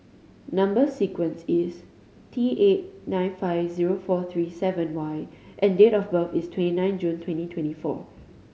number sequence is T eight nine five zero four three seven Y and date of birth is twenty nine June twenty twenty four